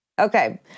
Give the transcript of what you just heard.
Okay